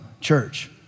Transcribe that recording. church